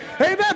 Amen